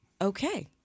Okay